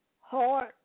Heart